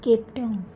Cape Town